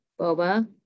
boba